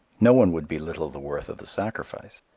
no one would belittle the worth of the sacrifice.